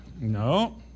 No